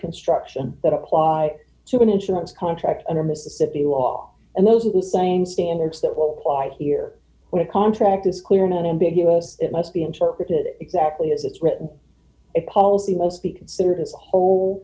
construction that apply to an insurance contract under mississippi law and those are the same standards that will d apply here when a contract is clear and unambiguous it must be interpreted exactly as it's written a policy must be considered as a whole